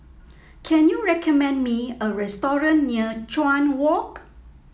can you recommend me a restaurant near Chuan Walk